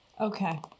Okay